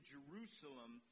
Jerusalem